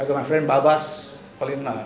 I got my friend baba selling